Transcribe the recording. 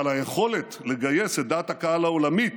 אבל היכולת לגייס את דעת הקהל העולמית